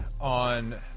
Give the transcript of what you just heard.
on